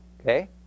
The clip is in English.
Okay